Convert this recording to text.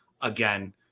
again